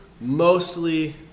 mostly